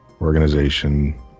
organization